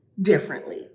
differently